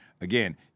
again